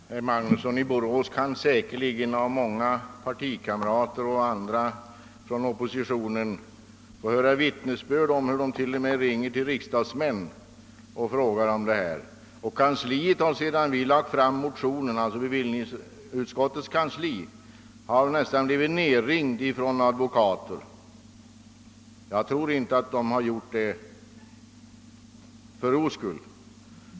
Herr talman! Herr Magnusson i Borås kan säkert av många partikamrater liksom av andra inom oppositionen få höra vittnesbörd om hur folk t.o.m. ringer till riksdagsmän och frågar i denna sak. Bevillningsutskottets kansli har nästan blivit nedringt av advokater sedan motionen framlagts — och jag tror inte att de ringt för ro skull.